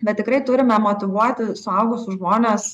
bet tikrai turime motyvuoti suaugusius žmones